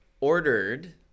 ordered